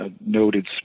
noted